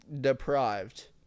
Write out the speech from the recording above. deprived